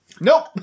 Nope